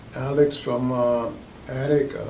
alex from attic,